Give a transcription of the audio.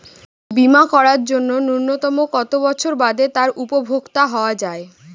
বীমা করার জন্য ন্যুনতম কত বছর বাদে তার উপভোক্তা হওয়া য়ায়?